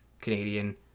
Canadian